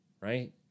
right